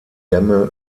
dämme